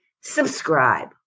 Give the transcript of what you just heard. subscribe